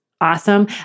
awesome